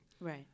right